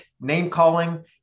name-calling